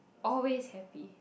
always happy